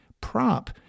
prop